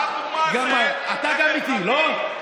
ואבו מאזן זה חברתי, אתה גם איתי, לא?